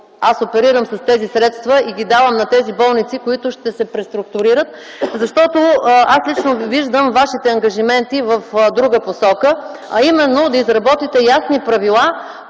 „Аз оперирам с тези средства и ги давам на тези болници, които ще се преструктурират”, защото, аз лично виждам Вашите ангажименти в друга посока, а именно да изработите ясни правила,